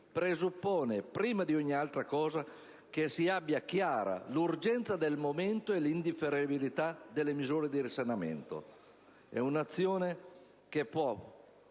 presuppone, prima di ogni altra cosa, che si abbia chiara l'urgenza del momento e l'indifferibilità delle misure di risanamento. È un'azione che può